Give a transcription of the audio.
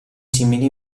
simili